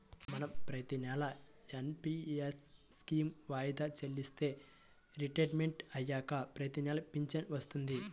మనం ప్రతినెలా NPS scheme వాయిదా చెల్లిస్తే రిటైర్మంట్ అయ్యాక ప్రతినెలా పింఛను వత్తది